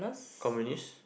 communist